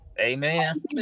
Amen